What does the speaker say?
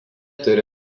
turi